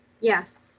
Yes